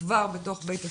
כבר בתוך בית הספר.